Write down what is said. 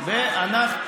מה?